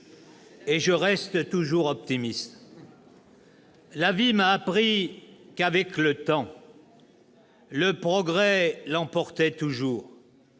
je reste toujours optimiste. La vie m'a appris que, avec le temps, le progrès l'emportait toujours.